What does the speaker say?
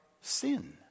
sin